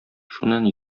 шуннан